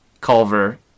Culver